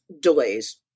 delays